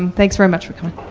um thanks very much.